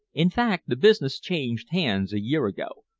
in fact, the business changed hands a year ago,